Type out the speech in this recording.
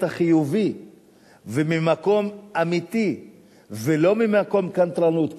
החיובי וממקום אמיתי ולא ממקום קנטרנות,